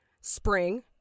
Spring